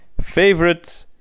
Favorite